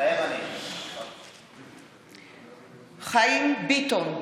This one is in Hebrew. מתחייב אני חיים ביטון,